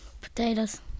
Potatoes